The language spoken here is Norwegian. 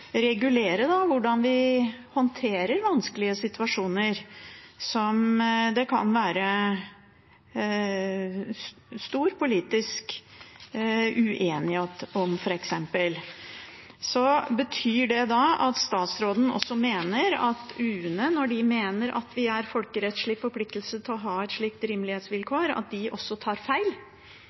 regulere hvordan vi håndterer vanskelige situasjoner som det kan være stor politisk uenighet om, f.eks. Betyr det at statsråden mener at UNE når de mener at vi er folkerettslig forpliktet til å ha et slikt rimelighetsvilkår, også tar feil?